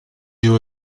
yeux